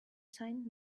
sign